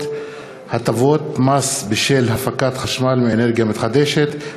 (הטבות מס בשל הפקת חשמל מאנרגיה מתחדשת),